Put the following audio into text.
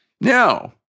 now